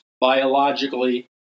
biologically